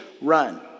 run